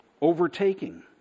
overtaking